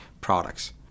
products